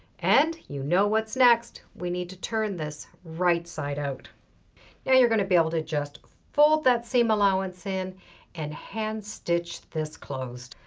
and you know what's next we need to turn this right-side out. now you're going to be able to just fold that seam allowance in and hand-stitch this closed.